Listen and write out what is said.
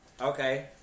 Okay